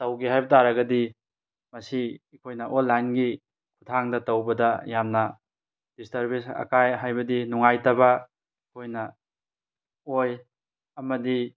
ꯇꯧꯒꯦ ꯍꯥꯏꯕ ꯇꯥꯔꯒꯗꯤ ꯃꯁꯤ ꯑꯩꯈꯣꯏꯅ ꯑꯣꯟꯂꯥꯏꯟꯒꯤ ꯈꯨꯊꯥꯡꯗ ꯇꯧꯕꯗ ꯌꯥꯝꯅ ꯗꯤꯁꯇ꯭ꯔꯕꯦꯟꯁ ꯑꯀꯥꯏ ꯍꯥꯏꯕꯗꯤ ꯅꯨꯉꯥꯏꯇꯕ ꯑꯩꯈꯣꯏꯅ ꯑꯣꯏ ꯑꯃꯗꯤ